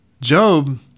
Job